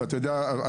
אתה יודע,